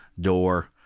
door